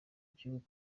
gihugu